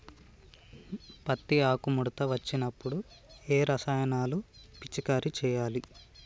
పత్తి ఆకు ముడత వచ్చినప్పుడు ఏ రసాయనాలు పిచికారీ చేయాలి?